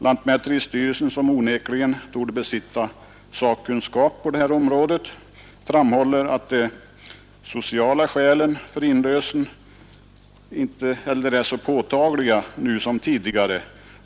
Lantmäteristyrelsen, som onekligen torde besitta sakkunskap på det här området, framhåller att de sociala skälen för inlösen inte är så påtagliga nu som tidigare.